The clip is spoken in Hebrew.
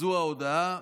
זו ההודעה.